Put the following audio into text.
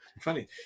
Funny